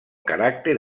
caràcter